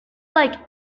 like